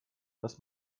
dass